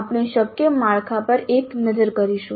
આપણે શક્ય માળખાં પર એક નજર કરીશું